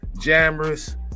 Jammers